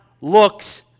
looks